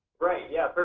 right, yeah,